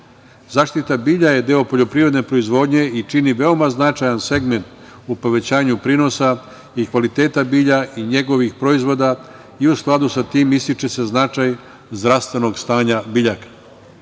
Zaštita bilja je deo poljoprivredne proizvodnje i čini veoma značajan segment u povećanju prinosa i kvaliteta bilja i njegovih proizvoda. U skladu sa tim, ističe se značaj zdravstvenog stanja biljaka. Jedna